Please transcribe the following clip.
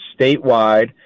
statewide